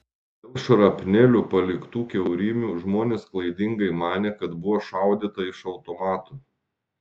dėl šrapnelių paliktų kiaurymių žmonės klaidingai manė kad buvo šaudyta iš automatų